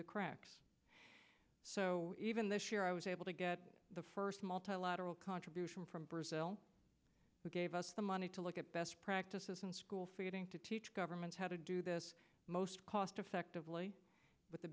the cracks so even this year i was able to get the first multilateral contribution from brazil who gave us the money to look at best practices and school feeding to teach governments how to do this most cost effectively with the